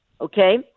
okay